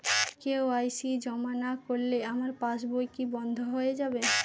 KYC জমা না করলে আমার পাসবই কি বন্ধ হয়ে যাবে?